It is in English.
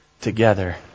together